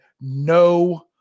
no